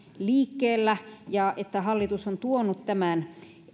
liikkeellä ja että hallitus on tuonut tämän